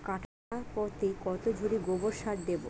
কাঠাপ্রতি কত ঝুড়ি গোবর সার দেবো?